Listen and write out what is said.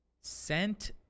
sent